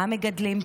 מה מגדלים פה?